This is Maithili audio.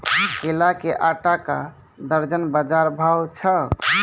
केला के आटा का दर्जन बाजार भाव छ?